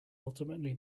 ultimately